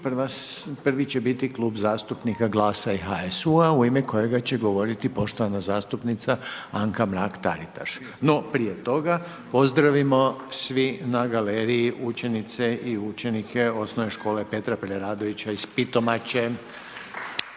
prvi će biti Klub zastupnika GLAS-a i HSU-a u ime kojega će govoriti poštovana zastupnica Anka Mrak-Taritaš. No prije toga pozdravimo svi na galeriji učenice i učenike O.Š. Petra Preradovića iz Pitomače,